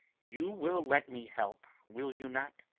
you will let me help, will you not?